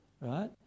right